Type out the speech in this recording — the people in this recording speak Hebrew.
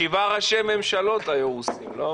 שבעה ראשי ממשלות היו רוסים, לא?